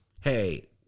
hey